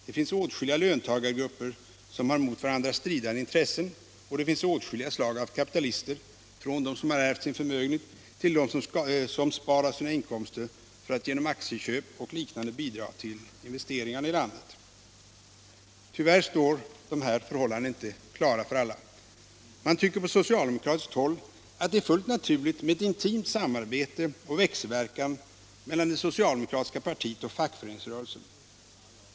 Det finns åtskilliga löntagargrupper som har mot varandra stridande intressen, och det finns åtskilliga slag av kapitalister, från dem som har ärvt sin förmögenhet till dem som sparar av sina inkomster för att genom aktieköp och liknande bidra till investeringarna i landet. Tyvärr står inte de här förhållandena klara för alla. Man tycker på socialdemokratiskt håll att det är fullt naturligt med ett intimt samarbete och växelverkan mellan det socialdemokratiska partiet och fackföreningsrörelsen.